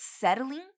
settling